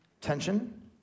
Tension